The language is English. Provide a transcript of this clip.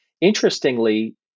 interestingly